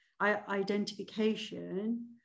Identification